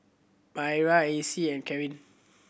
Myra Acy and Carin